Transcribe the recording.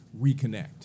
reconnect